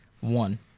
One